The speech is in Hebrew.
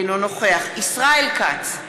אינו נוכח ישראל כץ,